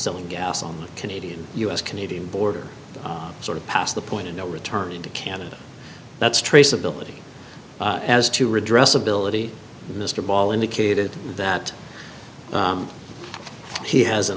selling gas on the canadian us canadian border sort of past the point of no return into canada that's traceability as to redress ability mr ball indicated that he has an